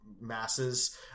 masses